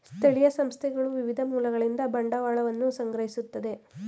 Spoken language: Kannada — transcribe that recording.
ಸ್ಥಳೀಯ ಸಂಸ್ಥೆಗಳು ವಿವಿಧ ಮೂಲಗಳಿಂದ ಬಂಡವಾಳವನ್ನು ಸಂಗ್ರಹಿಸುತ್ತದೆ